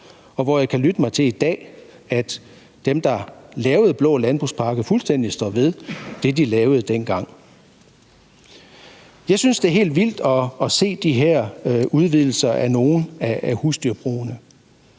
og hvor jeg kan lytte mig til i dag, at dem, der lavede den blå landbrugspakke, fuldstændig står ved det, de lavede dengang. Jeg synes, det er helt vildt at se de her udvidelser af nogle af husdyrbrugene.